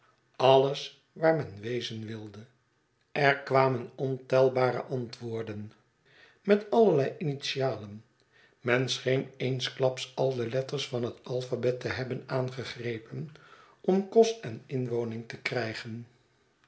alles waar men wezen wilde er kwamen ontelbare antwoorden met allerlei initialen men scheen eensklaps al de letters van het alphabet te hebben aangegrepen om kost en inwoning te krijgen